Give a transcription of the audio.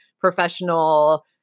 professional